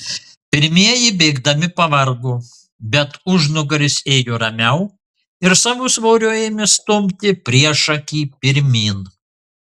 pirmieji bėgdami pavargo bet užnugaris ėjo ramiau ir savo svoriu ėmė stumti priešakį pirmyn